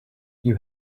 you